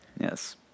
Yes